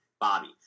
Bobby